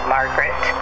Margaret